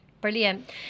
brilliant